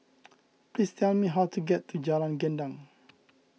please tell me how to get to Jalan Gendang